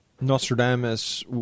Nostradamus